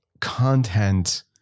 content